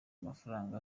amafaranga